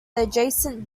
adjacent